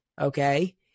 okay